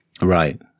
Right